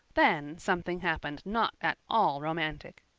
then something happened not at all romantic.